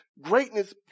greatness